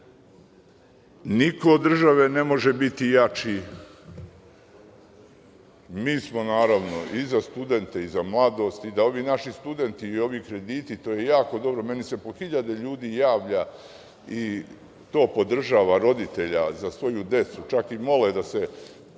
Niko od države ne može biti jači. Mi smo naravno i za studente, i za mladost i ovi naši studenti i ovi krediti je jako dobro, meni se po hiljade ljudi javlja i to podržava. Roditelji za svoju decu čak i mole da se